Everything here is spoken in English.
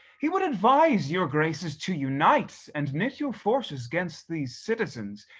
he would advise your graces to unite and knit your forces gainst these citizens,